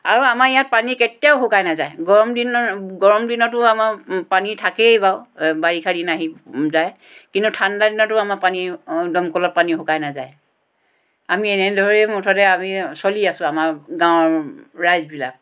আৰু আমাৰ ইয়াত পানী কেতিয়াও শুকাই নাযায় গৰম দিন গৰম দিনতো আমাৰ পানী থাকেই বাৰু বাৰিষা দিন আহি যায় কিন্তু ঠাণ্ডা দিনতো আমাৰ পানী দমকলৰ পানী শুকাই নাযায় আমি এনেদৰেই মুঠতে আমি চলি আছোঁ আমাৰ গাঁৱৰ ৰাইজবিলাক